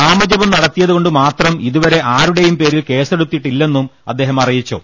നാമജപം നടത്തിയതുകൊണ്ടുമാത്രം ഇതുവരെ ആരുടെ പേരിലും കേസെടുത്തില്ലെന്നും അദ്ദേഹം അറിയിച്ചു